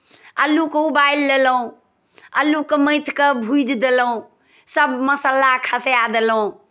अल्लूके उबालि लेलहुँ अल्लूकेँ मथि कऽ भूजि देलौँ सभ मसाला खसाए देलहुँ